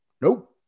nope